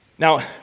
Now